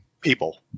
people